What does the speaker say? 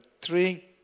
three